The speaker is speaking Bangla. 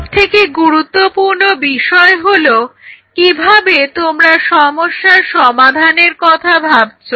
সবথেকে গুরুত্বপূর্ণ বিষয় হলো কিভাবে তোমরা সমস্যার সমাধানের কথা ভাবছো